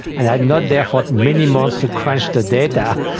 and i'm not there for many months to crunch the data, i